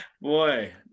boy